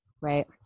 right